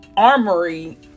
Armory